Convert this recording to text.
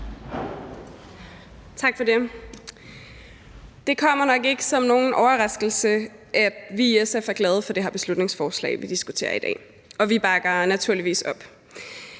Tak for det. Det kommer nok ikke som nogen overraskelse, at vi i SF er glade for det her beslutningsforslag, vi diskuterer i dag, og vi bakker naturligvis op.